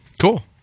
Cool